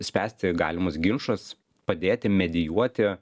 spręsti galimus ginčus padėti medijuoti